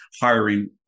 hiring